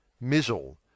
Mizzle